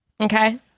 Okay